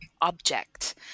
object